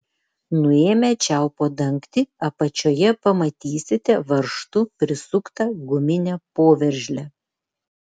nuėmę čiaupo dangtį apačioje pamatysite varžtu prisuktą guminę poveržlę